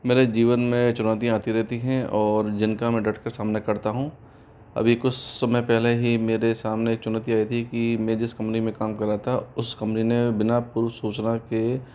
मेरे जीवन में चुनौतियाँ आती रहती हैं और जिनका मैं डट कर सामना करता हूँ अभी कुछ समय पहले ही मेरे सामने चुनौती आई थी कि मैं जिस कंपनी में काम कर रहा था उस कंपनी ने बिना पूर्व सूचना के